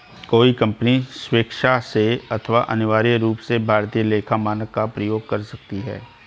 कोई कंपनी स्वेक्षा से अथवा अनिवार्य रूप से भारतीय लेखा मानक का प्रयोग कर सकती है